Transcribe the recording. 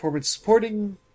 Supporting